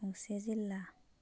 गंसे जिल्ला